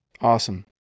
Awesome